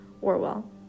Orwell